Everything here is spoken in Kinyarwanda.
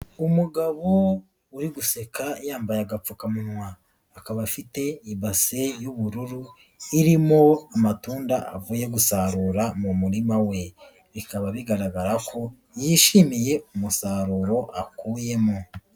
Umugabo uri guseka yambaye agapfukamunwa. Akaba afite ibase y'ubururu, irimo amatunda avuye gusarura mu murima we. Bikaba bigaragara ko yishimiye umusaruro akuyemo.